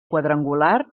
quadrangular